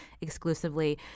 exclusively